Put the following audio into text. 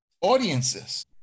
audiences